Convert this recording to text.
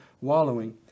wallowing